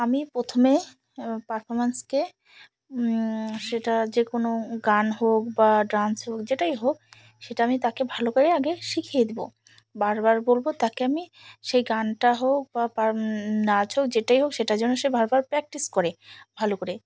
আমি প্রথমে পারফরম্যান্সকে সেটা যে কোনো গান হোক বা ডান্স হোক যেটাই হোক সেটা আমি তাকে ভালো করে আগে শিখিয়ে দেবো বারবার বলবো তাকে আমি সেই গানটা হোক বা নাচ হোক যেটাই হোক সেটার জন্য সে বারবার প্র্যাকটিস করে ভালো করে